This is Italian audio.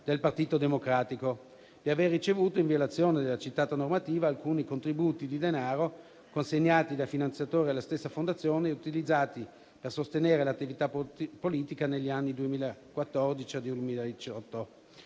del Partito Democratico, di aver ricevuto, in violazione della citata normativa, alcuni contributi di denaro, consegnati da finanziatori alla stessa Fondazione e utilizzati per sostenere l'attività politica negli anni 2014-2018.